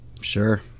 Sure